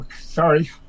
sorry